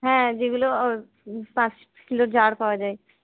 হ্যাঁ যেগুলো পাঁচ কিলো জার পাওয়া যায়